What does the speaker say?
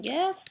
Yes